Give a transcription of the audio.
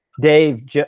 Dave